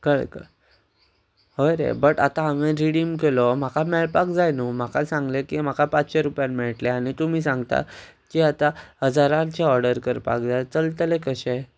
कळ्ळें कळ्ळें हय रे बट आतां हांवें रिडीम केलो म्हाका मेळपाक जाय न्हू म्हाका सांगलें की म्हाका पांचशे रुपयान मेळटले आनी तुमी सांगता की आतां हजारांचे ऑर्डर करपाक जाय चलतलें कशें